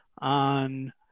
on